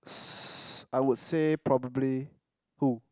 I would say probably who